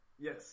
Yes